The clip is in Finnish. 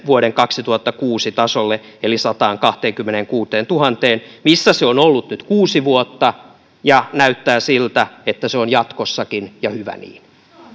vuoden kaksituhattakuusi tasolle eli sataankahteenkymmeneenkuuteentuhanteen euroon missä se on ollut nyt kuusi vuotta ja näyttää siltä että se on jatkossakin ja hyvä niin